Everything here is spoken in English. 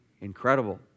Incredible